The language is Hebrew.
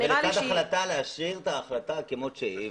ולצד החלטה להשאיר את ההחלטה כמו שהיא,